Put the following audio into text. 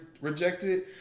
rejected